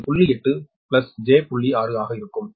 6 ஆக இருக்கும்